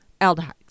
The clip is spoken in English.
aldehydes